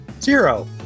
Zero